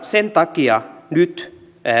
sen takia nyt